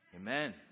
amen